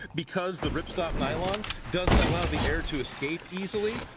because the rip stop nylon doesn't allow the air to escape easily.